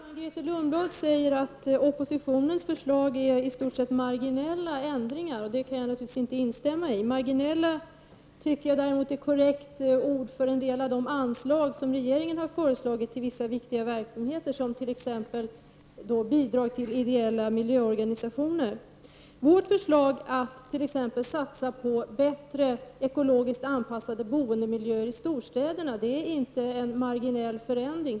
Fru talman! Grethe Lundblad säger att oppositionens förslag innebär mar = 18 april 1990 ginella ändringar. Det kan jag naturligtvis inte instämma i. Marginella ändringar tycker jag däremot är ett korrekt uttryck för en del av de anslag som regeringen har föreslagit till vissa viktiga verksamheter, t.ex. bidrag till ideella miljöorganisationer. Vårt förslag att satsa på bättre ekologiskt anpassade boendemiljöer i storstäderna innebär inte en marginell förändring.